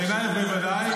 בעינייך, בוודאי.